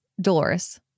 Dolores